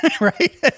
right